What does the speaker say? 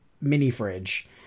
mini-fridge